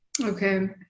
Okay